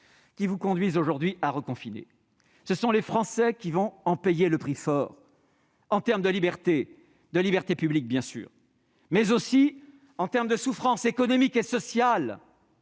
qui vous conduisent aujourd'hui à reconfiner. Ce sont les Français qui vont en payer le prix fort en termes de libertés publiques, bien sûr, mais aussi en termes de souffrances économiques et sociales,